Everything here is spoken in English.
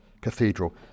cathedral